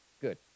Good